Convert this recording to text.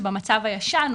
שבמצב הישן,